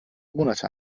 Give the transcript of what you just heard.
monate